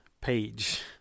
page